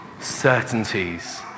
Certainties